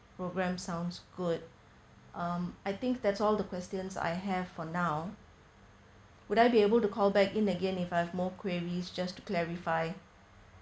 program sounds good um I think that's all the questions I have for now would I be able to call back in again if I have more queries just to clarify